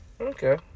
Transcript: Okay